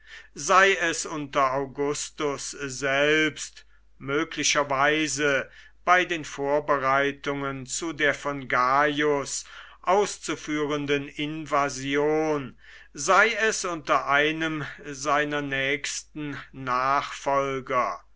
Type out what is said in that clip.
sei es unter augustus selbst möglicherweise bei den vorbereitungen zu der von gaius auszuführenden invasion sei es unter einem seiner nächsten nachfolger